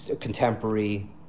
contemporary